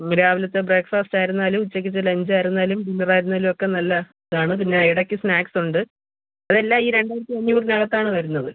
രാവിലത്തെ ബ്രേക്ഫാസ്റ്റ് ആയിരുന്നാലും ഉച്ചക്കത്തെ ലഞ്ച് ആയിരുന്നാലും ഡിന്നർ ആയിരുന്നാലുമൊക്കെ നല്ല ഇതാണ് പിന്നെ ഇടയ്ക്ക് സ്നാക്ക്സ് ഉണ്ട് അതെല്ലാം ഈ രണ്ടായിരത്തിയഞ്ഞൂറിനക ത്താണ് വരുന്നത്